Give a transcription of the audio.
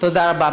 תודה רבה.